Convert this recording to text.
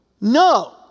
No